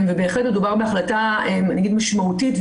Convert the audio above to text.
בהחלט מדובר בהחלטה משמעותית,